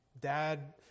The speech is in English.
Dad